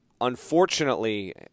unfortunately